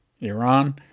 Iran